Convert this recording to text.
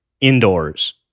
indoors